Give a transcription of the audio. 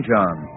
John